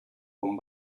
con